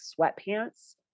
sweatpants